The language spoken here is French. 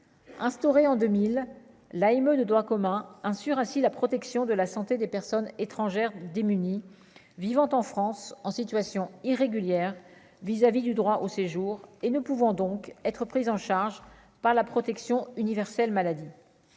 instaurée en 2000 l'AME de droit commun, hein, sur un si la protection de la santé des personnes étrangères de démunis vivant en France en situation irrégulière vis-à-vis du droit au séjour et ne pouvant donc être pris en charge par la protection universelle maladie,